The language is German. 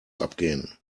abgehen